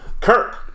Kirk